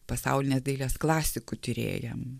pasaulinės dailės klasikų tyrėjam